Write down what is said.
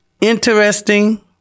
Interesting